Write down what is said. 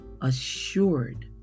assured